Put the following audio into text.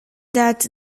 that